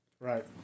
Right